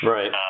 Right